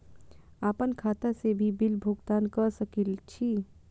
आपन खाता से भी बिल भुगतान कर सके छी?